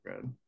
good